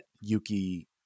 Yuki